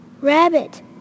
Rabbit